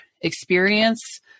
experience